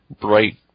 bright